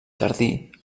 jardí